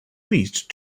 least